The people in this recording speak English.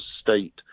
state